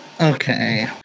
Okay